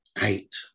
Eight